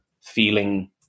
feeling